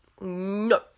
No